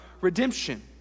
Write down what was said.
redemption